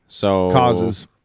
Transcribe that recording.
causes